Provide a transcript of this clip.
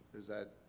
is that